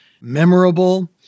memorable